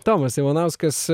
tomas ivanauskas